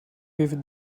with